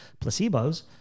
placebos